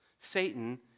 Satan